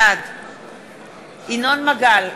בעד ינון מגל,